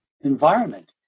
environment